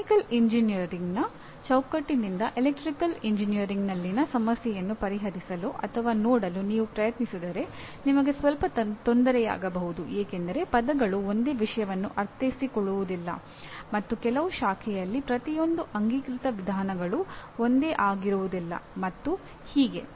mechanical ಎಂಜಿನಿಯರಿಂಗ್ನ ಚೌಕಟ್ಟಿನಿಂದ electrical ಎಂಜಿನಿಯರಿಂಗ್ನಲ್ಲಿನ ಸಮಸ್ಯೆಯನ್ನು ಪರಿಹರಿಸಲು ಅಥವಾ ನೋಡಲು ನೀವು ಪ್ರಯತ್ನಿಸಿದರೆ ನಿಮಗೆ ಸ್ವಲ್ಪ ತೊಂದರೆಯಾಗಬಹುದು ಏಕೆಂದರೆ ಪದಗಳು ಒಂದೇ ವಿಷಯವನ್ನು ಅರ್ಥೈಸಿಕೊಳ್ಳುವುದಿಲ್ಲ ಮತ್ತು ಕೆಲವು ಶಾಖೆಯಲ್ಲಿ ಪ್ರತಿಯೊಂದು ಅಂಗೀಕೃತ ವಿಧಾನಗಳು ಒಂದೇ ಆಗಿರುವುದಿಲ್ಲ ಮತ್ತು ಹೀಗೆ